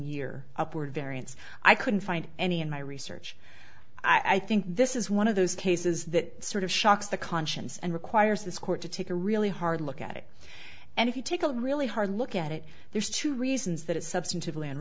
year upward variance i couldn't find any in my research i think this is one of those cases that sort of shocks the conscience and requires this court to take a really hard look at it and if you take a really hard look at it there's two reasons that it substantively and